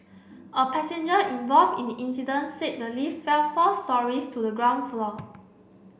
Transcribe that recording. a passenger involved in the incident said the lift fell four storeys to the ground floor